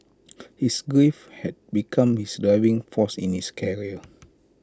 his grief had become his driving force in his career